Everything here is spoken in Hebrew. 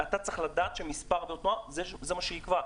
אתה צריך לדעת שמספר עבירות התנועה זה מה שיקבע.